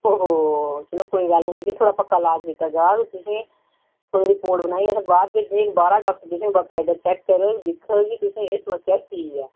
ओ हो चलो कोई गल्ल नेईं लेकिन थुआढ़ा पक्का ईलाज कीता जा ते तुदीं कोई रिपोट बनाइयै बाह्र भेजनी बाह्रा दा डाक्टर तुसेंगी बाकायदा चेक करग दिक्खग कि तुसेंगी समस्या की ऐ